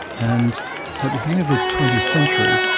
and at the beginning of the twentieth century,